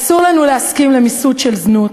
אסור לנו להסכים למיסוד של זנות.